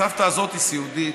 הסבתא הזאת היא סיעודית,